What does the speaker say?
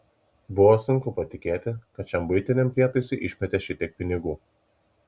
buvo sunku patikėti kad šiam buitiniam prietaisui išmetė šitiek pinigų